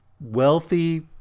wealthy